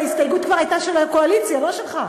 אגב, ההסתייגות כבר הייתה של הקואליציה, לא שלך.